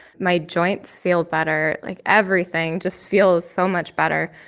my joints feel better. like, everything just feels so much better.